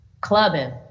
Clubbing